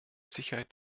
sicherheit